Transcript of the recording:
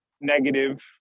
negative